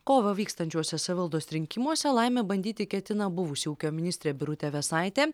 kovą vykstančiuose savivaldos rinkimuose laimę bandyti ketina buvusi ūkio ministrė birutė vėsaitė